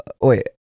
Wait